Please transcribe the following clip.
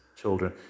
children